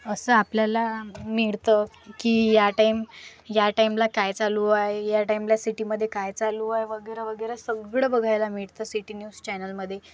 असं आपल्याला मिळतं की या टाईम या टाईमला काय चालू आहे या टाईमला सिटीमध्ये काय चालू आहे वगैरे वगैरे सगळं बघायला मिळतं सिटी न्यूज चॅनलमध्ये